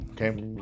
okay